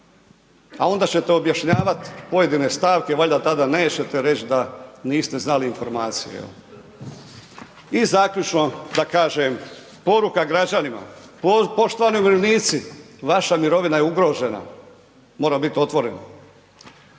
a onda ćete objašnjavat pojedine stavke, valjda tada nećete reći da niste znali informacije jel. I zaključno da kažem, poruka građanima, poštovani umirovljenici vaša mirovina je ugrožena, moram bit otvore,